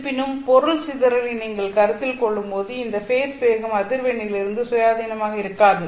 இருப்பினும் பொருள் சிதறலை நீங்கள் கருத்தில் கொள்ளும்போது இந்த ஃபேஸ் வேகம் அதிர்வெண்ணிலிருந்து சுயாதீனமாக இருக்காது